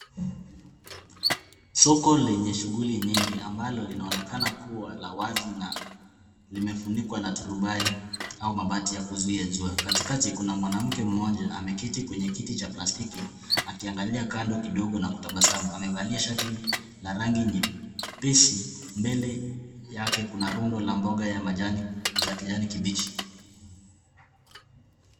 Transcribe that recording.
Soko lenye shughuli nyingi ambalo linaonekana kuwa la wazi na limefunikwa na turubai au mabati ya kuzuia jua. Katikati, kuna mwanamke mmoja ameketi kwenye kiti cha plastiki akiangalia kando kidogo na kutabasamu. Amevalia shati la rangi nyepesi. Mbele yake kuna rundo la mboga ya majani za kijani kibichi.